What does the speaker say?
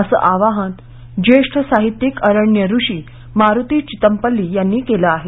असं आवाहन ज्येष्ठ साहित्यिक अरण्यऋषी मारुती चितमपल्ली यांनी केलं आहे